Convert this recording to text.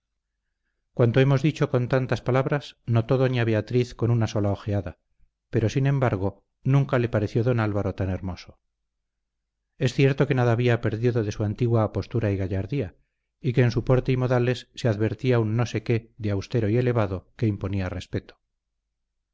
cuanto hemos dicho con tantas palabras notó doña beatriz con una sola ojeada pero sin embargo nunca le pareció don álvaro tan hermoso es cierto que nada había perdido de su antigua apostura y gallardía y que en su porte y modales se advertía un no sé qué de austero y elevado que imponía respeto